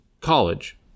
college